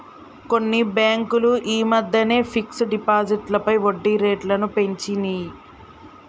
కొన్ని బ్యేంకులు యీ మద్దెనే ఫిక్స్డ్ డిపాజిట్లపై వడ్డీరేట్లను పెంచినియ్